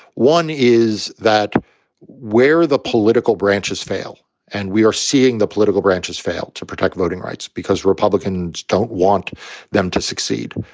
one is that where the political branches fail and we are seeing the political branches fail to protect voting rights because republicans don't want them to succeed.